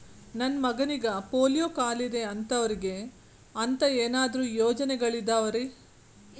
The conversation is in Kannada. ನನ್ನ ಮಗನಿಗ ಪೋಲಿಯೋ ಕಾಲಿದೆ ಅಂತವರಿಗ ಅಂತ ಏನಾದರೂ ಯೋಜನೆಗಳಿದಾವೇನ್ರಿ?